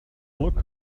look